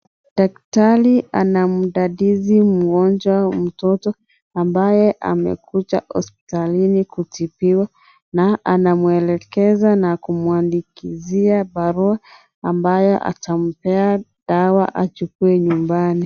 Daktari anamdadizi mgonjwa mtoto ambaye amekuja hospitalini kutibiwa na anamwelekeza na kumwandikia barua ambayo atampea dawa achukue nyumbani.